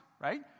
right